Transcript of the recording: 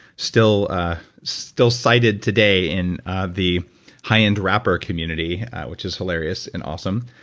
still ah still cited today in the high end rapper community which is hilarious and awesome.